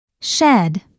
Shed